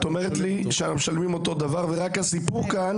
את אומרת לי שמשלמים אותו דבר ורק הסיפור כאן